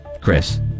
Chris